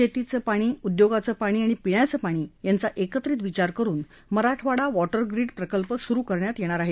शेतीचे पाणी उदयोगाचे पाणी आणि पिण्याचे पाणी यांचा एकत्रित विचार करून मराठवाडा वॉटर ग्रीड प्रकल्प सुरू करण्यात येणार आहे